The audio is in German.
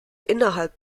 innerhalb